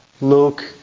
Luke